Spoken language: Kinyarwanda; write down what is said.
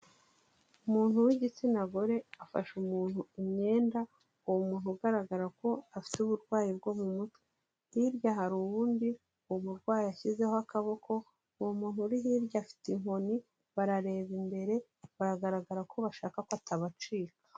Umuntu w'igitsina gore afashe umuntu imyenda, uwo muntu ugaragara ko afite uburwayi bwo mu mutwe, hirya hari uwundi uwo murwayi ashyizeho akaboko, uwo muntu uri hirya afite inkoni barareba imbere, baragaragara ko bashaka ko atabacika.